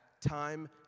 time